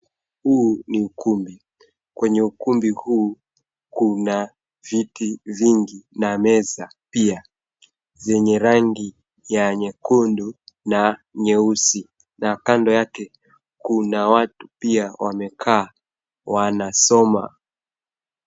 Huu ni ukumbi. Kwenye ukumbi huu kuna viti vingi na meza pia zenye rangi ya nyekundu na nyeusi. Na kando yake kuna watu pia wamekaa wanasoma.